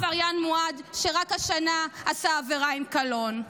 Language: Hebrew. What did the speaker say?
אתה עבריין מועד שרק השנה עשה עבירה עם קלון.